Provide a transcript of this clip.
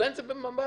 מב"ד.